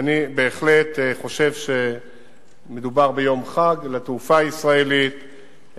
אני בהחלט חושב שמדובר ביום חג לתעופה הישראלית,